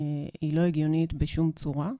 היא לא הגיונית בשום צורה,